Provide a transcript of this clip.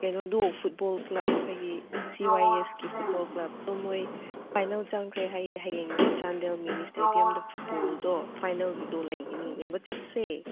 ꯀꯩꯅꯣꯗꯣ football club ꯑꯩꯈꯣꯏꯒꯤ ꯁꯤ ꯋꯥꯏ ꯑꯦꯁꯀꯤ ꯐꯨꯠꯕꯣꯜ ꯀ꯭ꯂꯞꯇꯣ ꯃꯣꯏ ꯐꯥꯏꯅꯦꯜ ꯆꯪꯈ꯭ꯔꯦ ꯍꯥꯏꯌꯦ ꯍꯌꯦꯡꯗꯣ ꯆꯥꯟꯗꯦꯜ ꯃꯤꯅꯤ ꯏꯁꯇꯦꯗꯤꯌꯝꯗ ꯐꯨꯠꯕꯣꯜꯗꯣ ꯐꯥꯏꯅꯦꯜꯒꯤꯗꯣ ꯂꯩꯒꯅꯤ ꯌꯦꯡꯕ ꯆꯠꯁꯦ